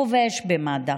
חובש במד"א,